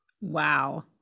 Wow